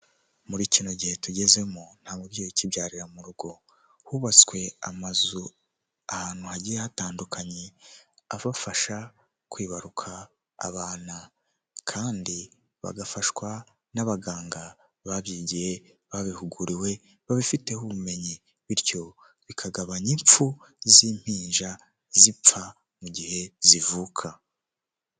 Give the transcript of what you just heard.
Muri kino gihe tugezemo nta mubyeyi ukibyarira mu rugo, hubatswe amazu ahantu hagiye hatandukanye abafasha kwibaruka abana kandi bagafashwa n'abaganga babyigiye babihuguriwe babifiteho ubumenyi, bityo bikagabanya impfu z'impinja zipfa mu gihe zivuka.